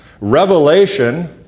Revelation